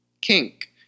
kink